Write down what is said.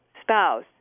spouse